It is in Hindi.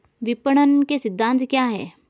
विपणन के सिद्धांत क्या हैं?